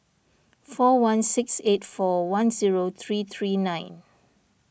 four one six eight four one zero three three nine